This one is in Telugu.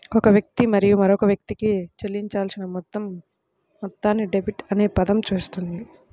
ఒక వ్యక్తి మరియు మరొక వ్యక్తికి చెల్లించాల్సిన మొత్తం మొత్తాన్ని డెట్ అనే పదం సూచిస్తుంది